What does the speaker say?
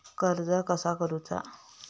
कर्ज कसा करूचा?